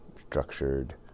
structured